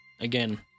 again